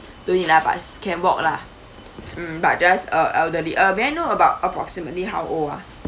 don't need lah but s~ can walk lah mm but just a elderly uh may I know about approximately how old ah